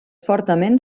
fortament